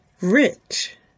Rich